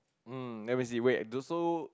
um then we see wait so